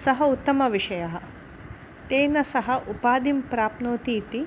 सः उत्तमविषयः तेन सः उपाधिं प्राप्नोति इति